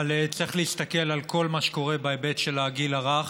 אבל צריך להסתכל על כל מה שקורה בהיבט של הגיל הרך,